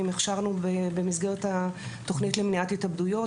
הכשרנו במסגרת התוכנית למניעת התאבדויות.